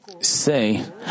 say